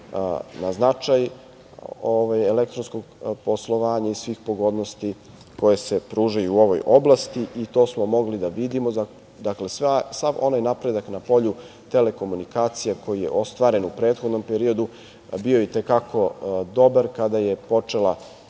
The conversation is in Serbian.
na značaj elektronskog poslovanja i svih pogodnosti koje se pružaju u ovoj oblasti. To smo mogli da vidimo, dakle, sav onaj napredak na polju telekomunikacija koji je ostvaren u prethodnom periodu bio je i te kako dobar kada je počela